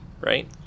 right